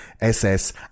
SS